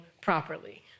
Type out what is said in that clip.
properly